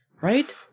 right